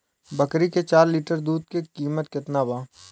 बकरी के चार लीटर दुध के किमत केतना बा?